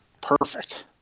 Perfect